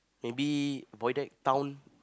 maybe void deck town